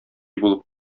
булып